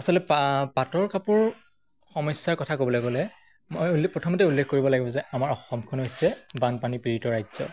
আচলতে পাটৰ কাপোৰ সমস্যাৰ কথা ক'বলৈ গ'লে মই প্ৰথমতে উল্লেখ কৰিব লাগিব যে আমাৰ অসমখন হৈছে বানপানী পীড়িত ৰাজ্য